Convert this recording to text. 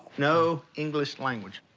no english language.